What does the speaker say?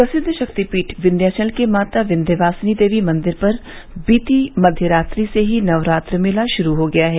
प्रसिद्ध शक्तिपीठ विन्ध्याचल के माता बिन्ध्यवासिनी देवी मंदिर पर बीती मध्य रात्रि से ही नवरात्र मेला शुरू हो गया है